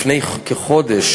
לפני כחודש,